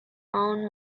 own